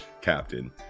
captain